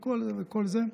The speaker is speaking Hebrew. וכל זה.